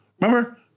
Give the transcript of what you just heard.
Remember